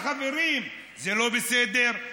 החברים: זה לא בסדר,